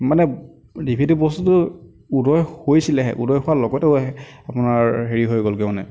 মানে ডিভিডি বস্তুটো উদয় হৈছিলেহে উদয় হোৱাৰ লগতে আপোনাৰ হেৰি হৈ গ'লগৈ মানে